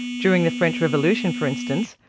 during the french revolution, for instance,